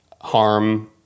harm